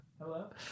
hello